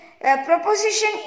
proposition